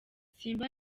simba